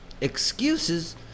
excuses